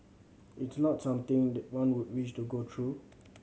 it's not something that one would wish to go through